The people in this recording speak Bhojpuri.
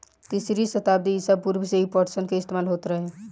तीसरी सताब्दी ईसा पूर्व से ही पटसन के इस्तेमाल होत रहे